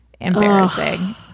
embarrassing